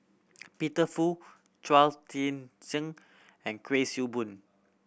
Peter Fu Chao Tzee Cheng and Kuik Swee Boon